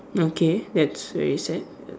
okay that's very sad